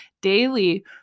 daily